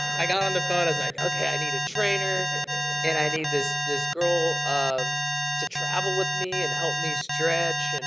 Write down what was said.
i got on the phone i was like, okay, i need a trainer and i need this this girl um to travel with me and help me stretch. and